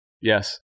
Yes